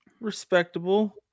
Respectable